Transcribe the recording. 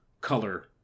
color